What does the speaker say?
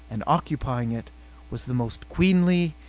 and occupying it was the most queenly,